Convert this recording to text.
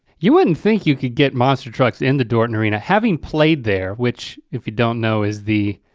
you wouldn't think you could get monster trucks in the dorton arena having played there, which if you don't know is the